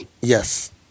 Yes